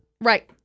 Right